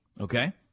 Okay